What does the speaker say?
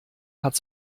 hat